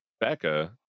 becca